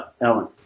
Ellen